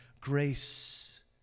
grace